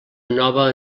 nova